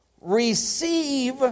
Receive